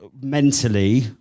mentally